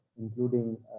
including